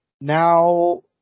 Now